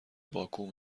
باکو